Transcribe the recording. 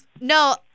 No